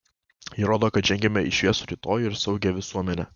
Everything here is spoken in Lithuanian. jie rodo kad žengiame į šviesų rytojų ir saugią visuomenę